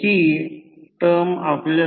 तर हे N1 ∅mω cosine ω t आहे